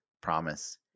Promise